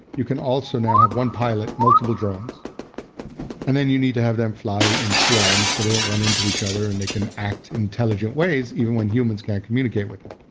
you can also now have one pilot multiple drones and then you need to have them fly in swarms so they won't run into each other and they can act intelligent ways even when humans can't communicate with them.